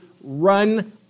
run